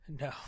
No